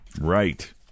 Right